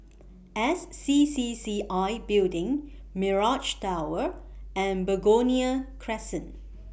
S C C C I Building Mirage Tower and Begonia Crescent